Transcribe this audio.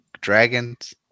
dragons